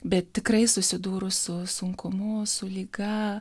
bet tikrai susidūrus su sunkumu su liga